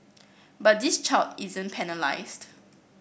but this child isn't penalised